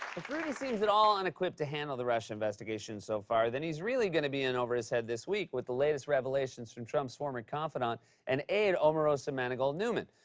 if rudy seems at all unequipped to handle the russia investigation so far, then he's really going to be in over his head this week with the latest revelations from trump's former confidant and aide omarosa manigault-newman.